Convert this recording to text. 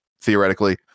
theoretically